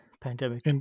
pandemic